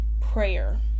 prayer